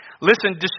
Listen